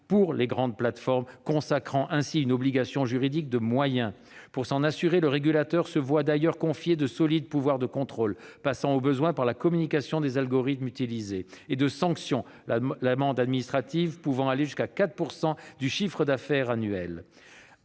pour les grandes plateformes, consacrant ainsi une obligation juridique de moyens. Pour s'assurer du respect de cette obligation, le régulateur se voit d'ailleurs confier de solides pouvoirs de contrôle, passant au besoin par la communication des algorithmes utilisés, et de sanction, l'amende administrative pouvant aller jusqu'à 4 % du chiffre d'affaires annuel.